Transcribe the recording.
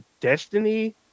Destiny